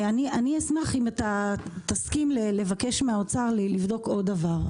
אני אשמח אם תסכים לבקש מהאוצר לבדוק עוד דבר.